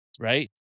Right